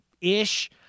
ish